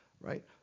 right